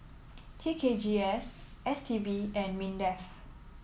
T K G S S T B and Mindef